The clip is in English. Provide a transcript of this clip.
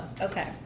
Okay